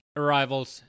arrivals